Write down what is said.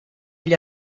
gli